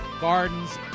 gardens